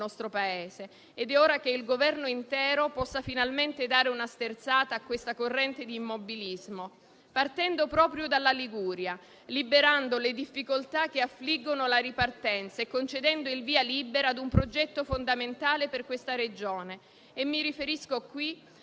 nostro Paese ed è ora che il Governo intero possa finalmente dare una sterzata a questa corrente di immobilismo, partendo proprio dalla Liguria, liberando le difficoltà che affliggono la ripartenza e concedendo il via libera ad un progetto fondamentale per questa Regione. Mi riferisco qui